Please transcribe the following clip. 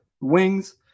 wings